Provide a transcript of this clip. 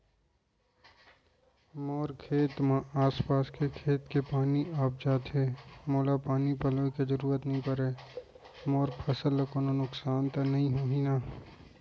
मोर खेत म आसपास के खेत के पानी आप जाथे, मोला पानी पलोय के जरूरत नई परे, मोर फसल ल कोनो नुकसान त नई होही न?